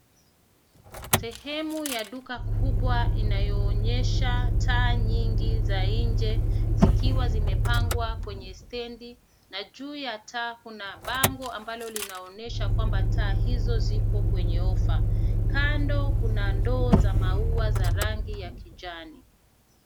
Sehemu ya duka kubwa inayoonyesha taa nyingi za nje zikiwa zimepangwa kwenye stendi na juu ya taa kuna bango ambalo linaonyesha kwamba taa hizo ziko kwenye ofa. Kando kuna ndoo za maua za rangi ya kijani.